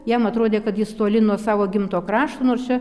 jam atrodė kad jis toli nuo savo gimto krašto nors čia